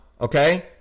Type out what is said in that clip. Okay